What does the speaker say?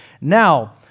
Now